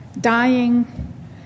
dying